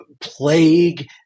plague